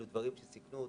אלה דברים שסיכנו אותם.